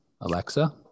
Alexa